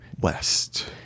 West